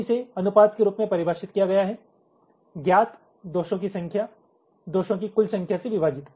तो इसे अनुपात के रूप में परिभाषित किया गया है ज्ञात दोषों की संख्या दोषों की कुल संख्या से विभाजित